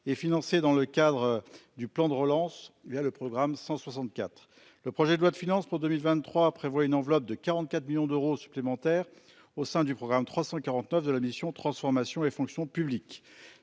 et financé dans le cadre du plan de relance via le programme 164. Le projet de loi de finances pour 2023 prévoit une enveloppe de 44 millions d'euros supplémentaires au sein du programme 349 de la mission transformation et fonction publique